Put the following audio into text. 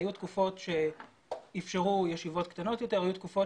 היו תקופות שאפשרו ישיבות קטנות יותר והיו תקופות